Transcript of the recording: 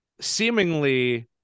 seemingly